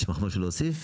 יש לך משהו להוסיף?